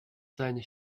seine